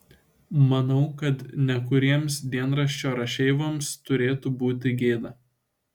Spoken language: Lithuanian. manau kad nekuriems dienraščio rašeivoms turėtų būti gėda